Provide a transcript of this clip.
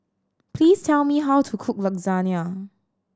please tell me how to cook Lasagna